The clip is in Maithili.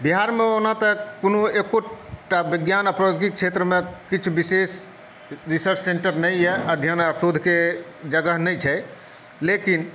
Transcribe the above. बिहारमे ओना तऽ कोनो एकोटा विज्ञान आ प्रौद्योगिक क्षेत्रमे किछु विशेष रिसर्च सेन्टर नहि अइ अध्ययन आ शोधके जगह नहि छै लेकिन